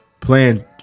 playing